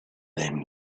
then